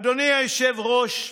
אדוני היושב-ראש,